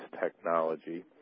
technology